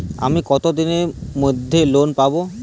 আমি কতদিনের মধ্যে লোন পাব?